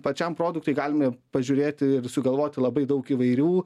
pačiam produktui galime pažiūrėti ir sugalvoti labai daug įvairių